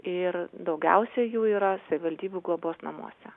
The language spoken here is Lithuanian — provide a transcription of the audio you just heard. ir daugiausia jų yra savivaldybių globos namuose